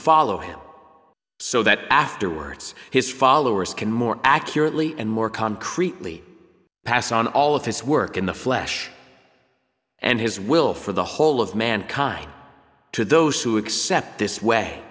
follow him so that afterwards his followers can more accurately and more concretely pass on all of his work in the flesh and his will for the whole of mankind to those who accept this way